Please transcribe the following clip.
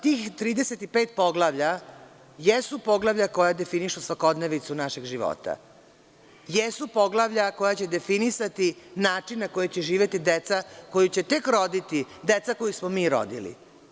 Tih 35 poglavlja jesu poglavlja koja definišu svakodnevnicu našeg života, jesu poglavlja koja će definisati način na koji će živeti deca, koju će tek roditi deca koju smo mi rodili.